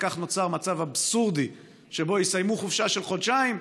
וכך נוצר מצב אבסורדי שבו יסיימו חופשה של חודשיים,